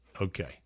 Okay